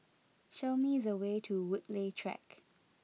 show me the way to Woodleigh Track